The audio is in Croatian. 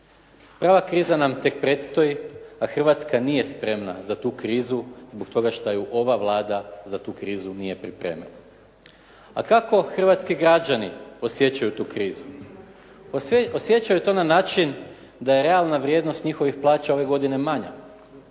Prava kriza nam tek predstoji, a Hrvatska nije spremna za tu krizu zbog toga što ju ova Vlada za tu krizu nije pripremila. A kako hrvatski građani osjećaju tu krizu? Osjećaju to na način da je realna vrijednost njihovih plaća ove godine manja,